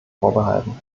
vorbehalten